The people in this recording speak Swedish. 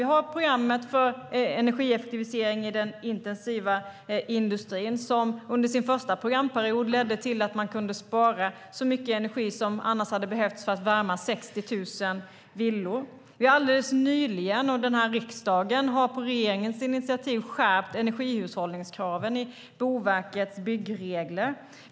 Vi har programmet för energieffektivisering i den intensiva industrin som under sin första programperiod ledde till att man kunde spara lika mycket energi som skulle behövas för att värma 60 000 villor. Vi har alldeles nyligen under den här riksdagen på regeringens initiativ skärpt energihushållningskraven i Boverkets byggregler.